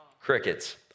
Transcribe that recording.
Crickets